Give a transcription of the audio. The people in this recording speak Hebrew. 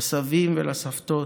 לסבים ולסבתות,